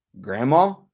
Grandma